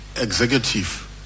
executive